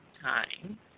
time